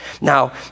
Now